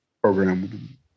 program